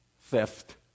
theft